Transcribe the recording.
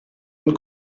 und